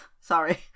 sorry